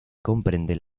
comprende